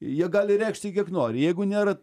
jie gali reikšti kiek nori jeigu nėra